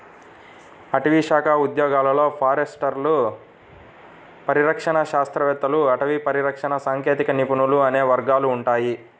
అటవీశాఖ ఉద్యోగాలలో ఫారెస్టర్లు, పరిరక్షణ శాస్త్రవేత్తలు, అటవీ పరిరక్షణ సాంకేతిక నిపుణులు అనే వర్గాలు ఉంటాయి